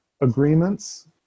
agreements